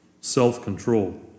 self-control